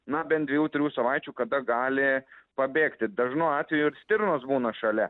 na bent dviejų trijų savaičių kada gali pabėgti dažnu atveju ir stirnos būna šalia